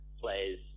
plays